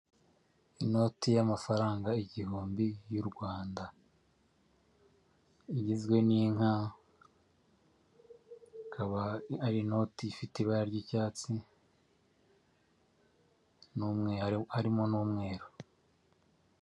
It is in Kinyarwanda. Inoti y'amafaranga igihumbi y'u Rwanda. Igizwe n'inka akaba ari inoti ifite ibara ry'icyatsi, n'umwe harimo n'umweru.